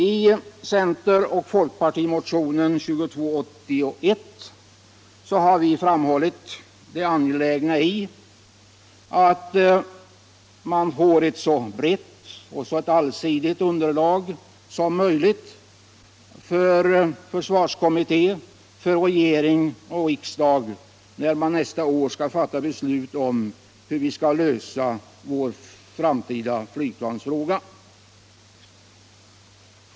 I centeroch folkpartimotionen 2281 har vi framhållit det angelägna i att man får ett så brett och allsidigt underlag som möjligt när försvarskommitté, regering och riksdag nästa år skall fatta beslut om hur vi skall lösa vår framtida flygplansfråga.